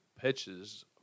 pitches